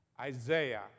Isaiah